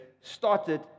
started